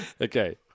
Okay